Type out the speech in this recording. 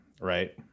right